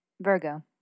Virgo